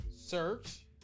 search